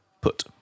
put